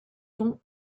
ton